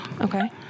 Okay